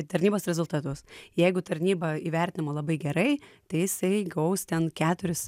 tarnybos rezultatus jeigu tarnyba įvertinama labai gerai tai jisai gaus ten keturis